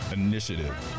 initiative